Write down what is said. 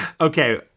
Okay